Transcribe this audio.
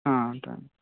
ఉంటా